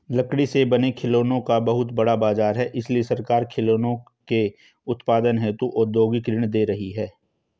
लकड़ी से बने खिलौनों का बहुत बड़ा बाजार है इसलिए सरकार खिलौनों के उत्पादन हेतु औद्योगिक ऋण दे रही है